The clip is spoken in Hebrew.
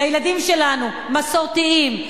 לילדים שלנו: מסורתיים,